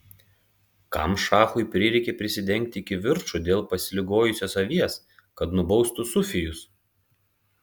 kam šachui prireikė prisidengti kivirču dėl pasiligojusios avies kad nubaustų sufijus